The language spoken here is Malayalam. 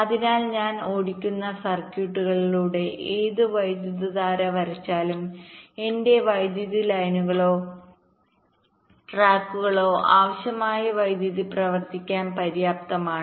അതിനാൽ ഞാൻ ഓടിക്കുന്ന സർക്യൂട്ടുകളിലൂടെ ഏത് വൈദ്യുതധാര വരച്ചാലും എന്റെ വൈദ്യുതി ലൈനുകളോ ട്രാക്കുകളോ ആവശ്യമായ വൈദ്യുതി പ്രവർത്തിപ്പിക്കാൻ പര്യാപ്തമാണ്